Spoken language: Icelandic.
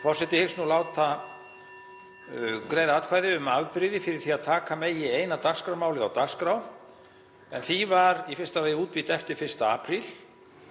Forseti hyggst nú láta greiða atkvæði um afbrigði fyrir því að taka megi eina dagskrármálið á dagskrá en því var í fyrsta lagi útbýtt eftir 1. apríl